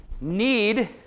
need